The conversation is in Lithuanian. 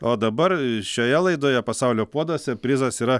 o dabar šioje laidoje pasaulio puoduose prizas yra